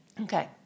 Okay